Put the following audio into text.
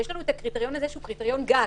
יש לנו את הקריטריון הזה, שהוא קריטריון גג,